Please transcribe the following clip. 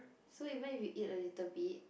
so even if you eat a little bit